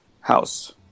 house